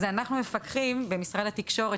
אז אנחנו מפקחים במשרד התקשורת,